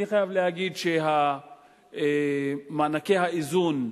אני חייב להגיד שמענקי האיזון,